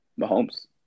Mahomes